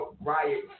Riot